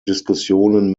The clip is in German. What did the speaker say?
diskussionen